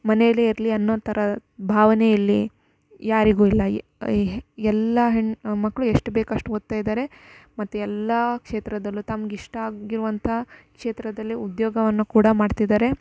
ಮನೆಲೇ ಇರಲಿ ಅನ್ನೋ ಥರ ಭಾವನೆ ಇಲ್ಲಿ ಯಾರಿಗೂ ಇಲ್ಲ ಎಲ್ಲಾ ಹೆಣ್ಣು ಮಕ್ಕಳು ಎಷ್ಟು ಬೇಕೊ ಅಷ್ಟು ಓದ್ತಾಯಿದಾರೆ ಮತ್ತೆಲ್ಲಾ ಕ್ಷೇತ್ರದಲ್ಲೂ ತಮಗಿಷ್ಟ ಆಗಿರುವಂಥ ಕ್ಷೇತ್ರದಲ್ಲೆ ಉದ್ಯೋಗವನ್ನು ಕೂಡ ಮಾಡ್ತಿದಾರೆ